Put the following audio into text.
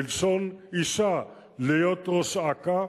בלשון אשה, להיות ראש אכ"א.